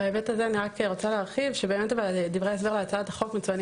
בהיבט הזה אני רוצה להרחיב ולומר שדברי ההסבר להצעת החוק מובאים